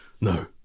no